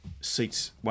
seats